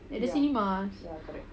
at the cinemas